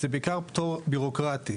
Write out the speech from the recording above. זה בעיקר פטור בירוקרטי.